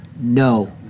no